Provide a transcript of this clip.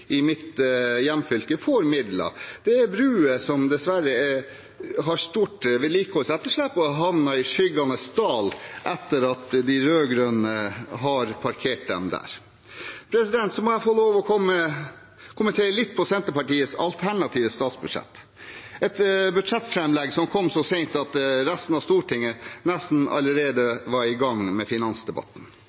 i mitt hjemfylke får midler. Det er bruer som dessverre har et stort vedlikeholdsetterslep og har havnet i skyggenes dal etter at de rød-grønne har parkert dem der. Jeg må få lov til å kommentere litt Senterpartiets alternative statsbudsjett, et budsjettframlegg som kom så sent at resten av Stortinget nesten allerede var i gang med finansdebatten.